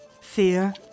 Fear